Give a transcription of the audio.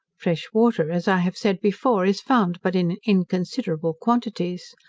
fresh water, as i have said before, is found but in inconsiderable quantities.